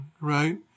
right